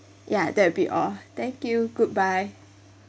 ya that'll be all thank you goodbye